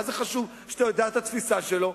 מה זה חשוב שאתה יודע את התפיסה שלו?